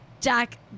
jack